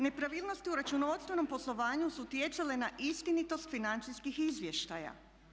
Nepravilnosti u računovodstvenom poslovanju su utjecale na istinitost financijskih izvještaja.